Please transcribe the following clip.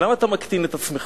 למה אתה מקטין את עצמך?